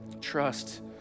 Trust